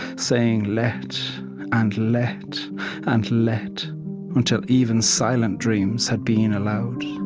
saying let and let and let until even silent dreams had been allowed.